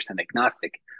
agnostic